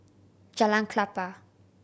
Jalan Klapa